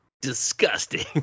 disgusting